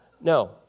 No